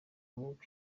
bubi